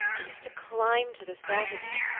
i used to climb to the thought of you,